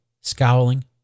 scowling